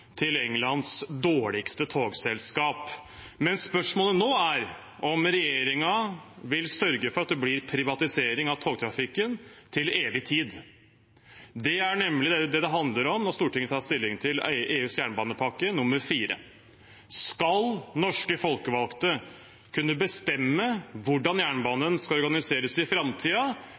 til Englands dårligste togselskap. Men spørsmålet nå er om regjeringen vil sørge for at det blir privatisering av togtrafikken til evig tid. Det er nemlig det det handler om når Stortinget tar stilling til EUs jernbanepakke 4: Skal norske folkevalgte kunne bestemme hvordan jernbanen skal organiseres i